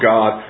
God